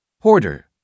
Porter